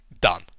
done